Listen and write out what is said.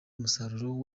umusaruro